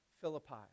Philippi